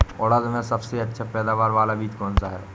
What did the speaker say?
उड़द में सबसे अच्छा पैदावार वाला बीज कौन सा है?